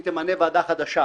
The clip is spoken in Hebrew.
היא תמנה ועדה חדשה.